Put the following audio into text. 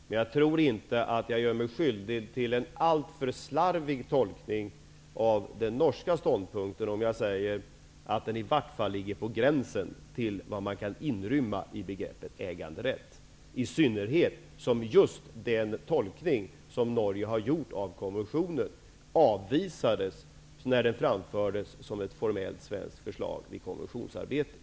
Men jag tror inte att jag gör mig skyldig till en alltför slarvig tolkning av den norska ståndpunkten om jag säger att den i varje fall ligger på gränsen till vad man kan inrymma i begreppet äganderätt, i synnerhet som just den tolkning som Norge har gjort av konventionen avvisades när den framfördes som ett formellt svenskt förslag vid konventionsarbetet.